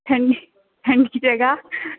ठंडी जगह